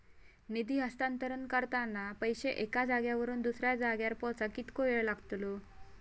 निधी हस्तांतरण करताना पैसे एक्या जाग्यावरून दुसऱ्या जाग्यार पोचाक कितको वेळ लागतलो?